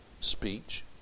speech